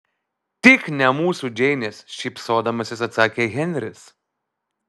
tik ne mūsų džeinės šypsodamasis atsakė henris